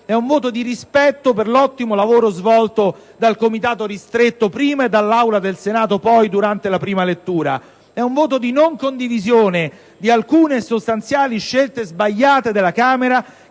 è un voto di rispetto per l'ottimo lavoro svolto dal Comitato ristretto prima e dall'Aula del Senato poi durante la prima lettura, ma è un voto di non condivisione di alcune sostanziali scelte sbagliate della Camera,